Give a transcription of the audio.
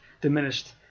diminished